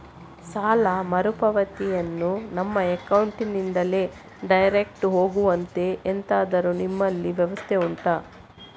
ಸಾಲ ಮರುಪಾವತಿಯನ್ನು ನಮ್ಮ ಅಕೌಂಟ್ ನಿಂದಲೇ ಡೈರೆಕ್ಟ್ ಹೋಗುವಂತೆ ಎಂತಾದರು ನಿಮ್ಮಲ್ಲಿ ವ್ಯವಸ್ಥೆ ಉಂಟಾ